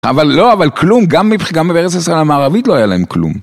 אבל לא, אבל כלום, גם בארץ ישראל המערבית לא היה להם כלום.